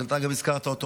גם אתה הזכרת אותו,